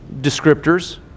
descriptors